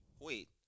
wait